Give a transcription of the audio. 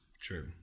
True